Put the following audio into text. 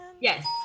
Yes